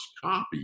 copy